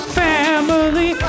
family